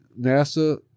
NASA